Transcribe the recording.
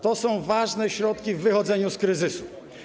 To są ważne środki w wychodzeniu z kryzysu.